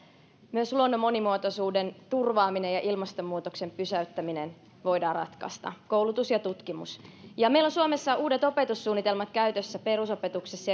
myös luonnon monimuotoisuuden turvaaminen ja ilmastonmuutoksen pysäyttäminen voidaan ratkaista koulutus ja tutkimus meillä on suomessa uudet opetussuunnitelmat käytössä perusopetuksessa